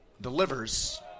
delivers